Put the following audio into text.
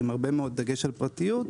עם הרבה מאוד דגש על פרטיות,